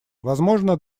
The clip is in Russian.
возможно